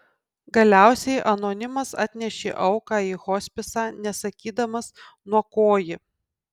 galiausiai anonimas atnešė auką į hospisą nesakydamas nuo ko ji